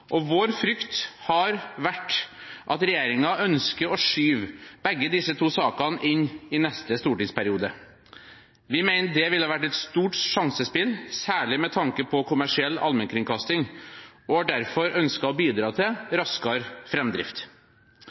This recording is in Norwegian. og vår frykt har vært at regjeringen ønsker å skyve begge disse to sakene inn i neste stortingsperiode. Vi mener det ville vært et stort sjansespill, særlig med tanke på kommersiell allmennkringkasting, og har derfor ønsket å bidra til raskere